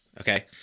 okay